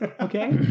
Okay